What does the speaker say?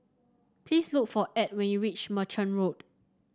please look for Edw when you reach Merchant Road